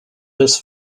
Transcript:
this